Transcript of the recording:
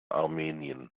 armenien